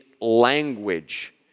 language